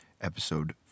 Episode